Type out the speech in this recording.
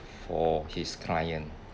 for his client